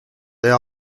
there